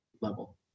level